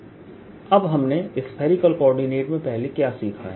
अब हमने spherical coordinate में पहले क्या सीखा है